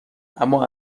اما